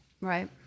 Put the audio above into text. Right